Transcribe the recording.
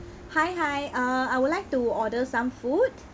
hi hi uh I would like to order some food